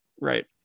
Right